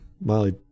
Molly